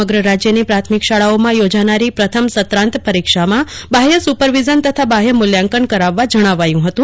સમગ્ર રાજ્યની પ્રાથમિક શાળાઓમાં યોજાનારી પ્રથમ સત્રાંત પરીક્ષામાં આવતીકાલથી બાહ્ય સુપરવિઝન તથા બાહ્ય મૂલ્યાંકન કરાવવા જણાવાયું હતું